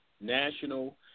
national